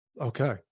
Okay